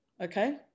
okay